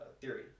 theory